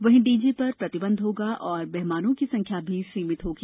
वहीं डीजे पर प्रतिबंध रहेगा और मेहमानों की संख्या भी सीमित रखनी होगी